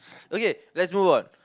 okay let's move on